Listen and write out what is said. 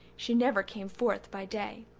she never came forth by day.